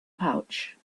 pouch